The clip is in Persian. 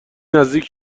نزدیک